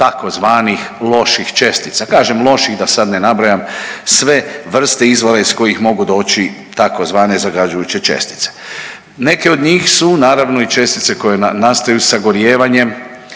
tzv. loših čestica. Kažem loših da sad ne nabrajam sve vrste izvora iz kojih mogu doći tzv. zagađujuće čestice. Neke od njih su naravno i čestice koje nastaju sagorijevanjem